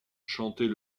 chantait